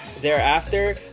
thereafter